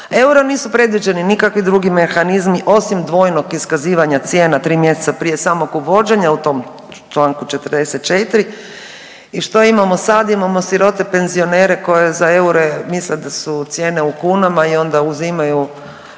eura nisu predviđeni nikakvi drugi mehanizmi osim dvojnog iskazivanja cijena tri mjeseca prije samog uvođenja u tom članku 44. I što imamo sad? Imamo sirote penzionere koji za eure misle da su cijene u kunama i onda uzimaju